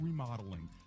Remodeling